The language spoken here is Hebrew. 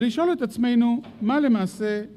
לשאול את עצמנו מה למעשה